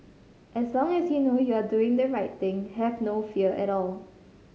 as long as you know you are doing the right thing have no fear at all